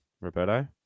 Roberto